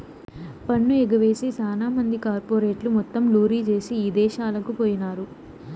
పన్ను ఎగవేసి సాన మంది కార్పెరేట్లు మొత్తం లూరీ జేసీ ఇదేశాలకు పోయినారు